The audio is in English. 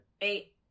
eight